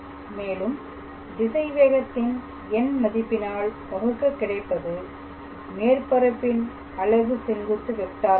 மேலும் திசைவேகத்தின் எண் மதிப்பினால் வகுக்க கிடைப்பது மேற்பரப்பின் அலகு செங்குத்து வெக்டாராகும்